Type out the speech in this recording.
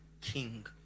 king